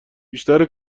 بیشتر